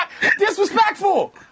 disrespectful